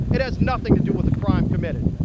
it has nothing to do with the crime committed.